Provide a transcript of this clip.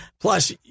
Plus